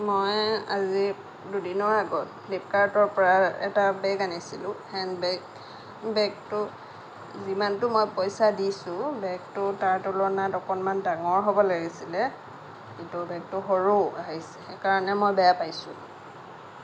মই আজি দুদিনৰ আগত ফ্লিপকাৰ্টৰ পৰা এটা বেগ আনিছিলোঁ হেণ্ড বেগ বেগটো যিমানটো মই পইচা দিছো বেগটো তাৰ তুলনাত অকণমান ডাঙৰ হ'ব লাগিছিলে কিন্তু বেগটো সৰু আহিছে সেইকাৰণে মই বেয়া পাইছোঁ